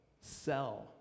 sell